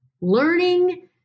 learning